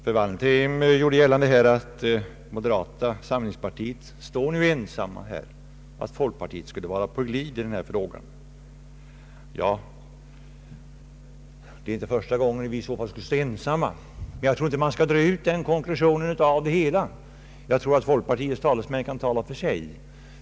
Fru Wallentheim gjorde gällande att moderata samlingspartiet står ensamt i sin uppfattning och att folkpartiet skulle vara på glid i denna fråga. Det är i så fall inte första gången vi skulle stå ensamma. Men jag tror inte man skall dra den konklusionen; jag vet att folkpartiets talesmän kan tala för sig.